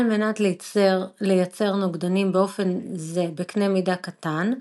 על מנת לייצר נוגדנים באופן זה בקנה מידה קטן,